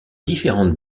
différente